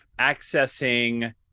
accessing